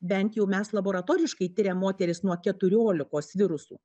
bent jau mes laboratoriškai tiriam moteris nuo keturiolikos virusų